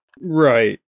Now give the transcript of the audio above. Right